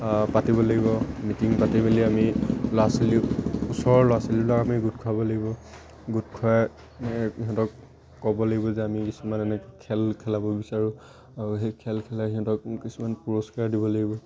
পাতিব লাগিব মিটিং পাতি মেলি আমি ল'ৰা ছোৱালী ওচৰৰ ল'ৰা ছোৱালীবিলাকক আমি গোট খুৱাব লাগিব গোট খোৱাই সিহঁতক ক'ব লাগিব যে আমি কিছুমান এনেকৈ খেল খেলাব বিচাৰোঁ আৰু সেই খেল খেলাই সিহঁতক কিছুমান পুৰস্কাৰ দিব লাগিব